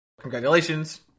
congratulations